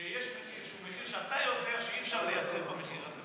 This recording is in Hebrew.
כשיש מחיר שהוא מחיר שאתה יודע שאי-אפשר לייצר במחיר הזה,